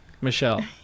Michelle